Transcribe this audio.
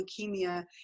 leukemia